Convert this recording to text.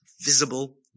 visible